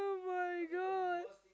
my god